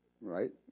Right